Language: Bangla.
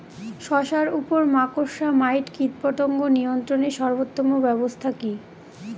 শশার উপর মাকড়সা মাইট কীটপতঙ্গ নিয়ন্ত্রণের সর্বোত্তম ব্যবস্থা কি?